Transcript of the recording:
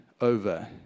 over